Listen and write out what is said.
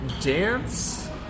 dance